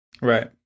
Right